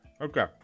Okay